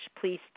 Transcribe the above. Please